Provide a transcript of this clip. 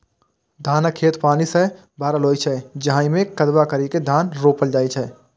धानक खेत पानि सं भरल होइ छै, जाहि मे कदबा करि के धान रोपल जाइ छै